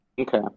Okay